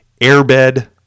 airbed